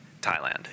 Thailand